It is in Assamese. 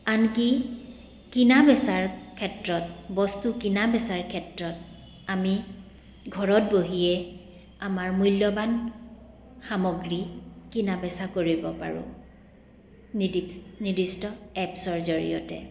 আনকি কিনা বেচাৰ ক্ষেত্ৰত বস্তু কিনা বেচাৰ ক্ষেত্ৰত আমি ঘৰত বহিয়ে আমাৰ মূল্যৱান সামগ্ৰী কিনা বেচা কৰিব পাৰোঁ নিদি নিৰ্দিষ্ট এপছৰ জৰিয়তে